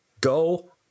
Go